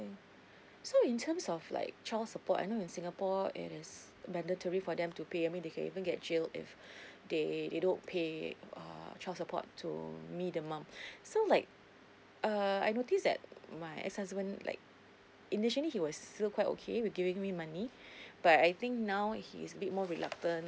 so in terms of like child support I know in singapore it is mandatory for them to pay I mean they can even get jailed if they they don't pay uh child support to me the mum so like err I notice that my ex husband like initially he was still quite okay with giving me money but I think now he is a bit more reluctant